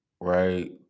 right